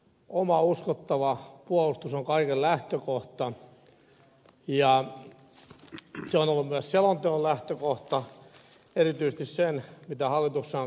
oma uskottava puolustus on kaiken lähtökohta ja se on ollut myös selonteon lähtökohta erityisesti siinä suhteessa mitä hallituksessa on käsitelty